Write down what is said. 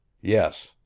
Yes